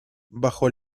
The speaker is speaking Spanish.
bajo